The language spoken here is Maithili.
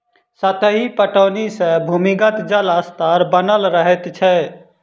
सतही पटौनी सॅ भूमिगत जल स्तर बनल रहैत छै